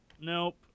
Nope